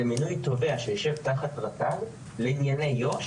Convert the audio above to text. זה מינוי תובע שיישב תחת רט"ג לענייני יו"ש